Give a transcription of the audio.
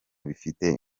bifite